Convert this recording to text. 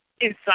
inside